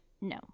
no